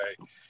okay